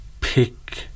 pick